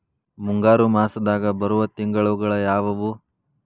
ಮುಂಗಾರು ಮಾಸದಾಗ ಬರುವ ತಿಂಗಳುಗಳ ಯಾವವು?